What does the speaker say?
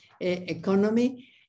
economy